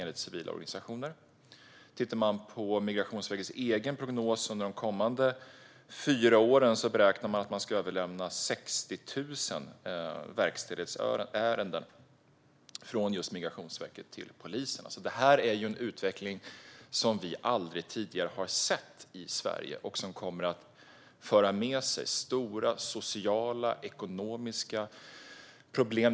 Enligt Migrationsverkets egen prognos för de kommande fyra åren beräknar man att man ska överlämna 60 000 verkställighetsärenden från Migrationsverket till polisen. Det här är en utveckling som vi aldrig tidigare har sett i Sverige och som kommer att föra med sig stora sociala och ekonomiska problem.